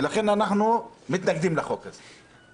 ולכן אנחנו מתנגדים לחוק הזה.